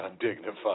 undignified